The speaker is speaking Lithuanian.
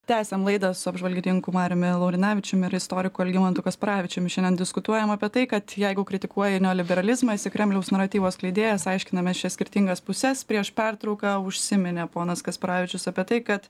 tęsiam laidą su apžvalgininku mariumi laurinavičium ir istoriku algimantu kasparavičium šiandien diskutuojam apie tai kad jeigu kritikuoji neoliberalizmą esi kremliaus naratyvo skleidėjas aiškiname šias skirtingas puses prieš pertrauką užsiminė ponas kasparavičius apie tai kad